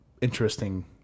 interesting